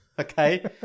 Okay